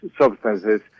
substances